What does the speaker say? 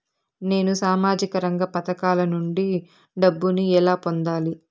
నేను సామాజిక రంగ పథకాల నుండి డబ్బుని ఎలా పొందాలి?